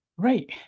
Right